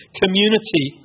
community